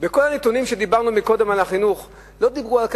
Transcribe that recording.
בכל הנתונים על החינוך שדיברנו עליהם קודם,